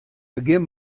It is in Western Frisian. begjin